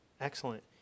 Excellent